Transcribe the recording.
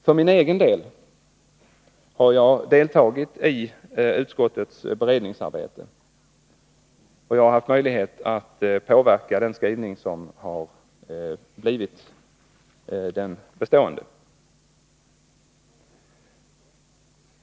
För min egen del har jag deltagit i utskottets beredningsarbete, och jag har haft möjlighet att påverka den skrivning som har blivit den bestående.